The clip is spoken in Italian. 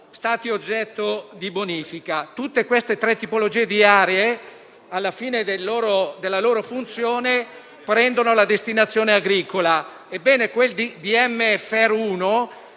Queste tre tipologie di aree, alla fine della loro funzione, prendono la destinazione agricola.